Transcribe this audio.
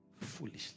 foolishly